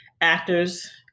actors